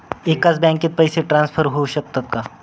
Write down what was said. एकाच बँकेत पैसे ट्रान्सफर होऊ शकतात का?